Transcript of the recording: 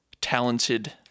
talented